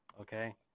Okay